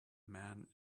man